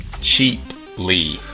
cheaply